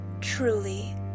Truly